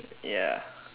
ya